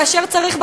כאשר צריך,